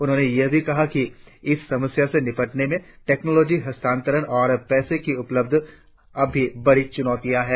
उन्होंने यह भी कहा कि इस समस्या से निपटने में टेक्नॉलोजी हस्तांतरण और पैसे की उपलब्ध अब भी बड़ी चुनौतियां हैं